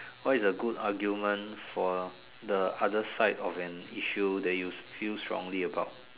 what is the good argument for the other side of an issue that you feel strongly about